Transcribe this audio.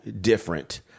different